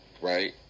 right